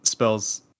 spells